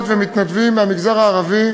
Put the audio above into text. מתנדבות ומתנדבים מהמגזר הערבי